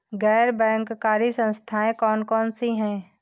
गैर बैंककारी संस्थाएँ कौन कौन सी हैं?